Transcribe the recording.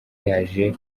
yaje